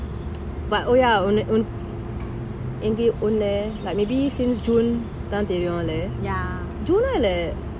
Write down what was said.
but oh ya உன்ன எங்கயும் உன்ன:unna engaum unna like maybe since june தான் தெரியும்ல:thaan teriyumla july lah